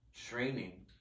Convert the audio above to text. training